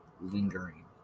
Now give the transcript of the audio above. lingering